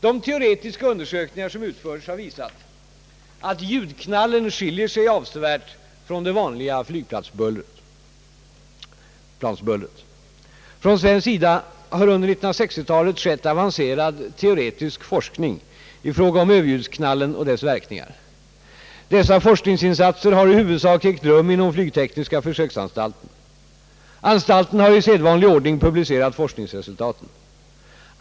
De teoretiska undersökningar som utförts har visat att ljudknallen skiljer sig avsevärt från det vanliga flygplatsbullret. Från svensk sida har under 1960-talet skett avancerad teoretisk forskning i fråga om Ööverljudsknallen och dess verkningar. Dessa forskningsinsatser har i huvudsak ägt rum inom flygtekniska försöksanstalten. Anstalten har i sedvanlig ordning publicerat forskningsresultaten.